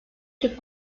türk